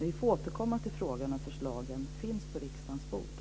Vi får återkomma till frågan när förslagen finns på riksdagens bord.